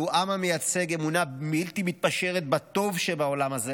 זהו עם המייצג אמונה בלתי מתפשרת בטוב של העולם הזה